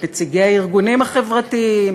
את נציגי הארגונים החברתיים?